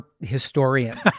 historian